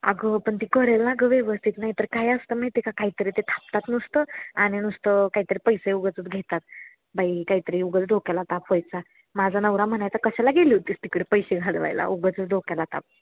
अगं पण ती करेल ना गं व्यवस्थित नाही तर काय असतं माहिती आहे का काही तरी ते थापतात नुसतं आणि नुसतं काही तरी पैसे उगाचच घेतात बाई काही तरी उगाच डोक्याला ताप व्हायचा माझा नवरा म्हणायचा कशाला गेली होतीस तिकडे पैसे घालवायला उगाचंच डोक्याला ताप